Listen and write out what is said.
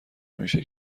میشه